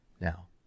Now